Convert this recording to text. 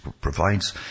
provides